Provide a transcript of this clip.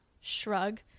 Shrug